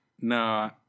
No